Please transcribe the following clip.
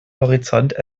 horizont